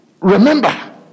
remember